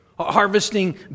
harvesting